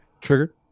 Trigger